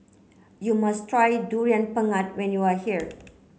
you must try durian pengat when you are here